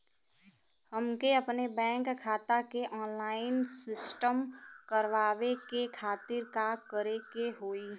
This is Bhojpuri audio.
हमके अपने बैंक खाता के ऑनलाइन सिस्टम करवावे के खातिर का करे के होई?